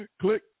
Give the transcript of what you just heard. Click